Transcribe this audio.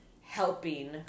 helping